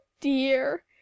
dear